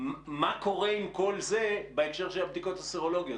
מה קורה עם כל זה בהקשר של הבדיקות הסרולוגיות?